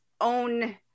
own